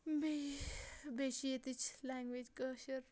بیٚیہِ بیٚیہِ چھِ ییٚتِچ لیٚنٛگویج کٲشِر